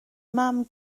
mam